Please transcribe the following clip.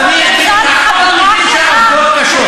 כי זה נאומים בני דקה?